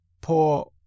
poor